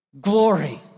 glory